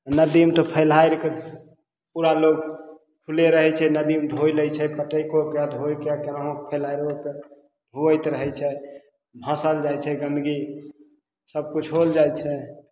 नदीमे तऽ फैलहारके पूरा लोक खुल्ले रहय छै नदीमे धोइ लै छै पटिकियोके धोइ कए केनाहुँ कए फैलाइरोके धोवैत रहय छै भसल जाइ छै गन्दगी सबकिछु होल जाइ छै